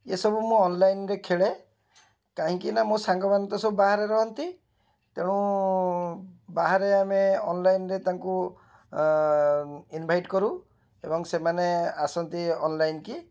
ଏସବୁ ମୁଁ ଅନ୍ଲାଇନ୍ରେ ଖେଳେ କାହିଁକିନା ମୋ ସାଙ୍ଗମାନେ ତ ସବୁ ବାହାରେ ରୁହନ୍ତି ତେଣୁ ବାହାରେ ଆମେ ଅନ୍ଲାଇନ୍ରେ ତାଙ୍କୁ ଇନ୍ଭାଇଟ୍ କରୁ ଏବଂ ସେମାନେ ଆସନ୍ତି ଅନ୍ଲାଇନ୍କୁ